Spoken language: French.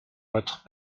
votre